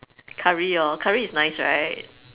curry orh curry is nice right